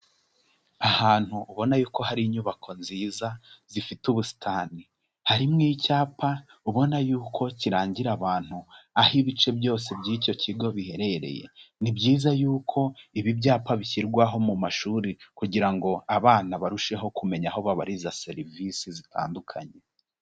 Ahantu ubona yuko ko hari inyubako nziza zifite ubusitani, harimo icyapa ubona yuko kirangira abantu aho ibice byose by'icyo kigo biherereye, ni byiza yuko ibi byapa bishyirwaho mu mashuri kugira ngo abana barusheho kumenya aho babariza serivisi zitandukanye.